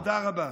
תודה רבה.